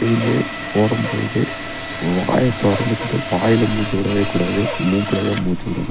எப்போயுமே ஓடும்போது வாயத்தொறந்துக்கிட்டு வாயில் மூச்சிவிடவே கூடாது மூக்கில் தான் மூச்சிவிடணும்